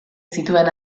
zituen